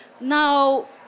now